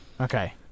Okay